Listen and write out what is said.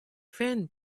friend